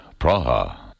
Praha